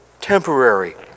temporary